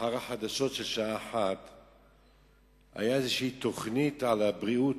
אחר החדשות של השעה 13:00 היתה איזו תוכנית על הבריאות.